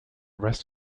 rest